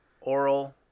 Oral